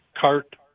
CART